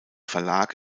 verlag